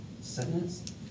sentence